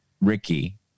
Ricky